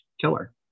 killer